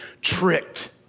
tricked